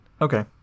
okay